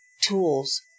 tools